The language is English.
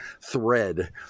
thread